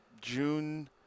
June